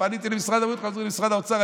פניתי למשרד הבריאות, חזרו למשרד האוצר.